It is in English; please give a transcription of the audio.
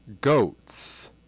Goats